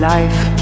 life